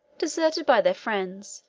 deserted by their friends,